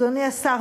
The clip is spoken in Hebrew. אדוני השר,